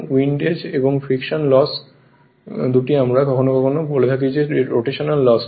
windage এবং friction loss দুটি আমরা কখনও কখনও বলে থাকি রোটেশনাল লস হয়